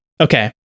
okay